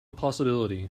possibility